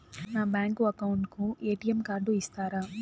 నా bank account కు ATM card ఇస్తారా